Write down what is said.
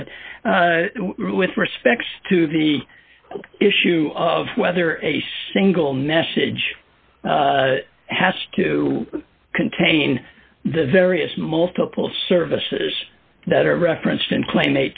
could with respect to the issue of whether a single message has to contain the various multiple services that are referenced in claim